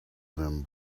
them